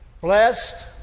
Blessed